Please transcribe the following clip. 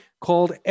called